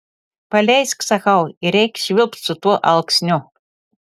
paleisk sakau ir eik švilpt su tuo alksniu